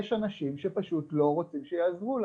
יש אנשים שפשוט לא רוצים שיעזרו להם.